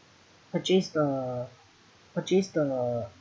purchase the purchase the